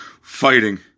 fighting